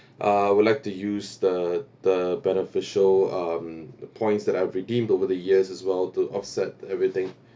uh would like to use the the beneficial um the points that I've redeemed over the years as well to offset everything